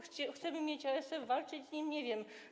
Chcemy mieć ASF, walczyć z nim, nie wiem.